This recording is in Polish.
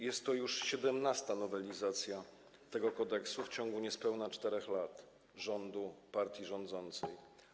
Jest to już 17. nowelizacja tego kodeksu w ciągu niespełna 4 lat rządów partii rządzącej.